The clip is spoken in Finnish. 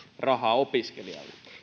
rahaa opiskelijalle